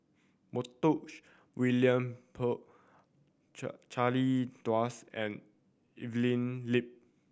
Montague William Pett Charle and Evelyn Lip